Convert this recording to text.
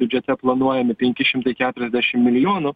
biudžete planuojami penki šimtai keturiasdešim milijonų